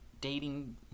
dating